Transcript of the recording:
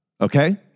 okay